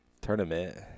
tournament